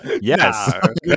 Yes